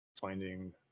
finding